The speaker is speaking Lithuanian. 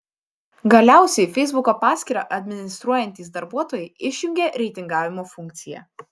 galiausiai feisbuko paskyrą administruojantys darbuotojai išjungė reitingavimo funkciją